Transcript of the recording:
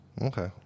Okay